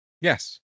Yes